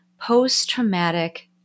post-traumatic